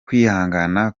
kwihangana